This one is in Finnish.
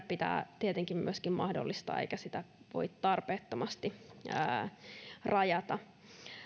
pitää tietenkin mahdollistaa eikä sitä voi tarpeettomasti rajata